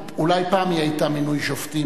אולי פעם היא היתה מינוי שופטים,